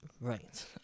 Right